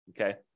okay